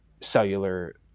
cellular